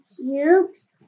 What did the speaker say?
cubes